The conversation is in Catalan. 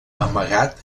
amagat